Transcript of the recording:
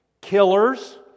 killers